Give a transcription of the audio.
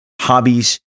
hobbies